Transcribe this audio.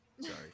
Sorry